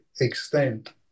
extent